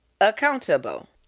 accountable